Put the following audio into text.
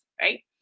right